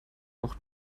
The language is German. auch